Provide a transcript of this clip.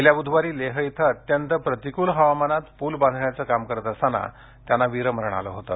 गेल्या बुधवारी लेह इथं अत्यंत प्रतिकूल हवामानात पूल बांधण्याचं काम करत असताना त्यांना वीरमरण आलं होतं